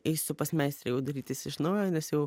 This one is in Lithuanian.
eisiu pas meistrę jau darytis iš naujo nes jau